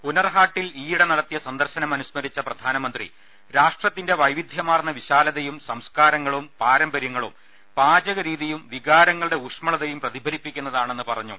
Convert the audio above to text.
പുനർഹട്ടിൽ ഈയിടെ നടത്തിയ സന്ദർശനം അനുസ്മരിച്ച പ്രധാനമന്ത്രി രാഷ്ട്രത്തിന്റെ വൈവിധ്യമാർന്ന വിശാല തയും സംസ്കാരങ്ങളും പാരമ്പര്യങ്ങളും പാചകരീതിയും വികാരങ്ങളുടെ ഊഷ്മളതയും പ്രതിഫലിക്കുന്നതാണെന്ന് പറഞ്ഞു